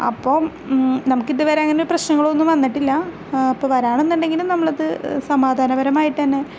അപ്പോൾ നമുക്കിത് വരെ അങ്ങനെ പ്രശ്നങ്ങളൊന്നും വന്നിട്ടില്ല അപ്പം വരണമെന്നുണ്ടെങ്കിൽ നമ്മൾ അത് സമാധാനപരമായിട്ട് തന്നെ